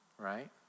right